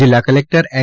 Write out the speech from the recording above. જિલ્લા collector N